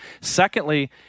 Secondly